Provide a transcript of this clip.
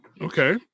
Okay